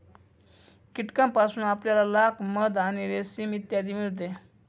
कीटकांपासून आपल्याला लाख, मध आणि रेशीम इत्यादी मिळते